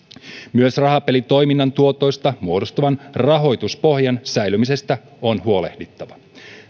myös rahapelitoiminnan tuotoista muodostuvan rahoituspohjan säilymisestä on huolehdittava